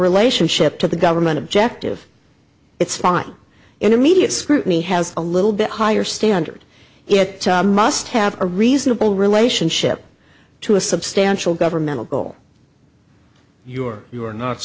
relationship to the government objective it's fine in the media scrutiny has a little bit higher standard it must have a reasonable relationship to a substantial governmental goal you're you're not